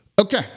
Okay